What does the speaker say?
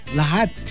lahat